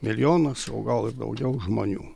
milijonas o gal ir daugiau žmonių